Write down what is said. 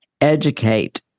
educate